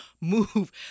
move